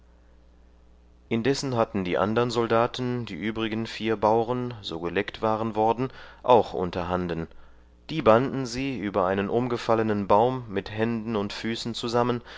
indessen hatten die andern soldaten die übrigen vier bauren so geleckt waren worden auch unterhanden die banden sie über einen umgefallenen baum mit händen und füßen zusammen